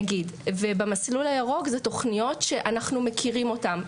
במסלול הירוק זה תוכניות שאנחנו מכירים אותן,